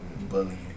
Bullying